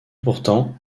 pourtant